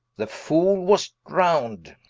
the foole was drown'd